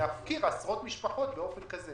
אנחנו לא יכולים להפקיר עשרות משפחות באופן כזה.